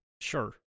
Sure